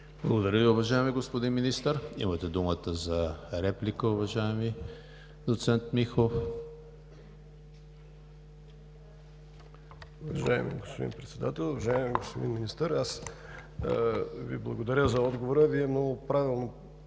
Благодаря Ви, уважаеми господин Министър. Имате думата за реплика, уважаеми доцент Михов.